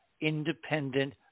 independent